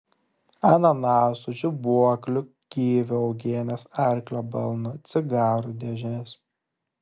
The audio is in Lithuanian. ananasų žibuoklių kivių uogienės arklio balno cigarų dėžės